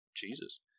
jesus